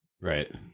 Right